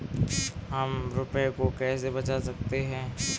हम रुपये को कैसे बचा सकते हैं?